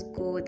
go